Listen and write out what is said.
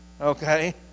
Okay